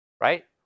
Right